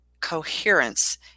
coherence